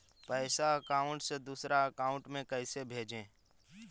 पैसा अकाउंट से दूसरा अकाउंट में कैसे भेजे?